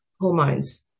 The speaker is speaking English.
hormones